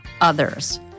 others